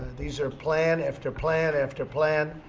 these are plan after plan after plan,